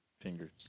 fingers